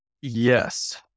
Yes